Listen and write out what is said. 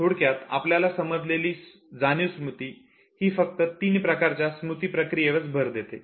थोडक्यात आपल्याला समजलेली जाणीव स्मृती ही फक्त तीन प्रकारच्या स्मृती प्रक्रीयेवरच अधिक भर देते